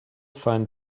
find